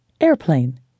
Airplane